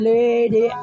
Lady